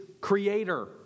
creator